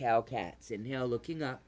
cow cats and you know looking up